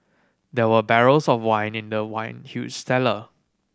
there were barrels of wine in the wine huge cellar